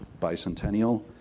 bicentennial